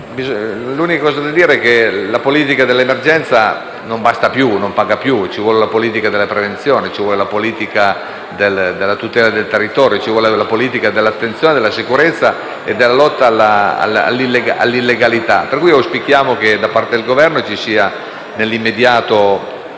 L'unica cosa da dire è che la politica dell'emergenza non basta e non paga più. Serve la politica della prevenzione, della tutela del territorio, dell'attenzione, della sicurezza e della lotta all'illegalità. Per tale motivo, auspichiamo un intervento immediato